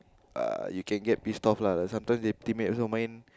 uh you can get piss off lah like sometimes your teammates also main